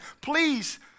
Please